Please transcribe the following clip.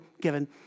given